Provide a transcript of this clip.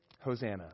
Hosanna